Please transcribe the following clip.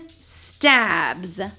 stabs